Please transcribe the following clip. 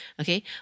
Okay